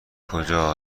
کجا